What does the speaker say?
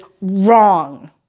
wrong